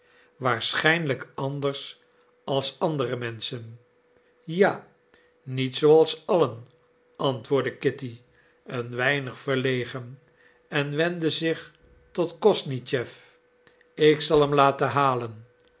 waarschijnlijk anders als andere menschen ja niet zooals allen antwoordde kitty een weinig verlegen en wendde zich tot kosnischew ik zal hem laten halen